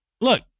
look